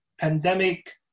pandemic